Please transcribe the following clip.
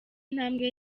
intambwe